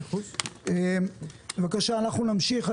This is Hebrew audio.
אנחנו נמשיך.